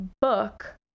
book